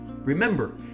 Remember